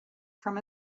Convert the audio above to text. from